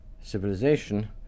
civilization